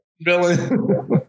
villain